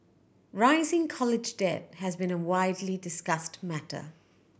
rising college debt has been a widely discussed matter